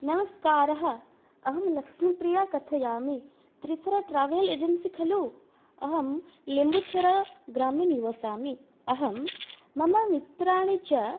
नमस्कारः अहं लक्ष्मीप्रिया कथयामि त्रिपुर ट्रावेल् एजन्सि खलु अहं लेम्बुछेरा ग्रामे निवसामि अहं मम मित्राणि च